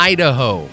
Idaho